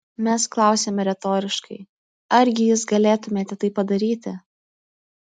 mes klausiame retoriškai argi jus galėtumėte tai padaryti